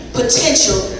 potential